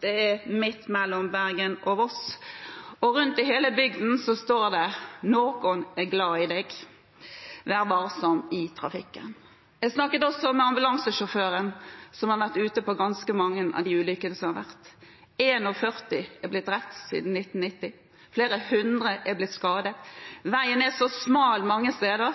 Det ligger midt mellom Bergen og Voss, og rundt i hele bygden står det: Nokon er glad i deg. Ver varsam i trafikken. Jeg snakket med en ambulansesjåfør som hadde vært ute ved ganske mange av ulykkene som har vært der. 41 er blitt drept siden 1990, flere hundre er blitt skadet. Veien er så smal mange steder